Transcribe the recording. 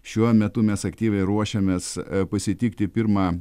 šiuo metu mes aktyviai ruošiamės pasitikti pirmą